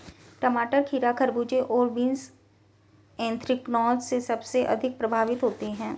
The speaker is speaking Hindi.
टमाटर, खीरा, खरबूजे और बीन्स एंथ्रेक्नोज से सबसे अधिक प्रभावित होते है